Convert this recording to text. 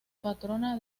patrona